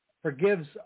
Forgives